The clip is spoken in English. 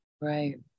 right